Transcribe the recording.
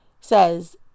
says